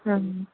હમ્મ